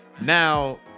now